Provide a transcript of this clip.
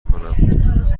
کنم